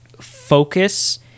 focus